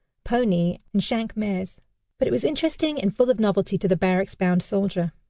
pony, and shank's mares but it was interesting and full of novelty to the barracks-bound soldier.